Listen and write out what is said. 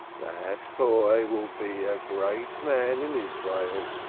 that boy will be a great man in israel.